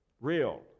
real